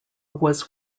was